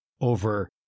over